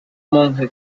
monje